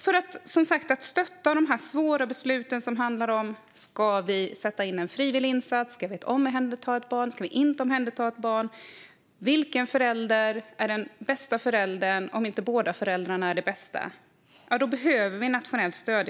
För att stötta de svåra besluten, som kan handla om att sätta in en frivillig insats, att omhänderta ett barn, inte omhänderta ett barn, vilken förälder som är den bästa föräldern om inte båda föräldrarna är de bästa, behövs ett nationellt stöd.